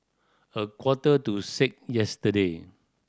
a quarter to six yesterday